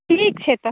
ठीक छै तऽ